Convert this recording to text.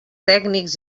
tècnics